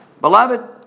beloved